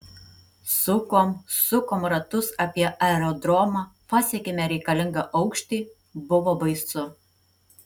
sukom sukom ratus apie aerodromą pasiekėme reikalingą aukštį buvo baisu